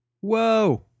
whoa